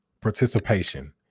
participation